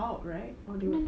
out right on the